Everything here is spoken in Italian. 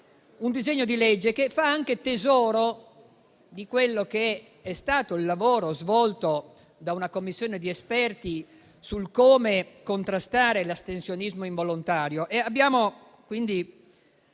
un disegno di legge che fa tesoro di quello che è stato il lavoro svolto da una commissione di esperti su come contrastare l'astensionismo involontario.